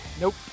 Nope